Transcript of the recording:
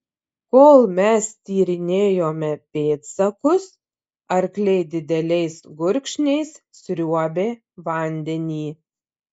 kol mes tyrinėjome pėdsakus arkliai dideliais gurkšniais sriuobė vandenį